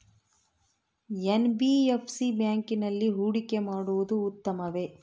NBFC ಬ್ಯಾಂಕಿನಲ್ಲಿ ಹೂಡಿಕೆ ಮಾಡುವುದು ಉತ್ತಮವೆ?